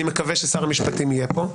אני מקווה ששר המשפטים יהיה פה,